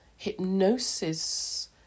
Hypnosis